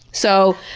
so,